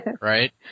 Right